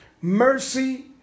mercy